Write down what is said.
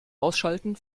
ausschalten